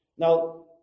Now